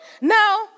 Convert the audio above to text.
Now